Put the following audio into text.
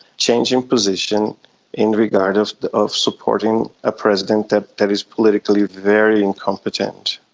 changing position in regard of of supporting a president that that is politically very incompetent.